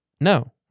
No